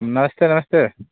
नमस्ते नमस्ते